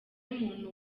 muntu